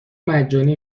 مجانی